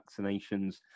vaccinations